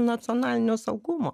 nacionalinio saugumo